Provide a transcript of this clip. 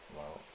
well